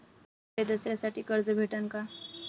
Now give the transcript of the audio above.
मले दसऱ्यासाठी कर्ज भेटन का?